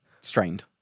strained